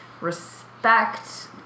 respect